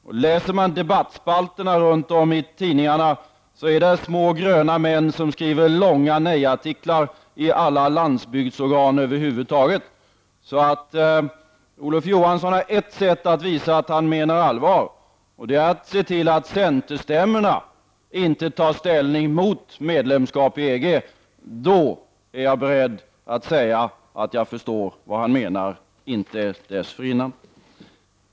Och läser man debattspalterna i tidningarna runt om i landet, så finner man att det är små grön män som skriver långa nejartiklar i alla landsbygdsorgan. Olof Johansson har ett sätt att visa att han menar allvar, och det är att se till att centerstämmorna inte tar ställning mot medlemskap i EG. Då är jag beredd att säga att jag förstår vad han menar, inte dessförinnan.